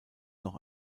noch